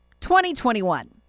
2021